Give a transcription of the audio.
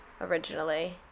originally